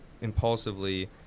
impulsively